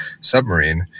submarine